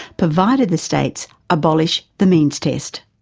provided the states abolished the means test.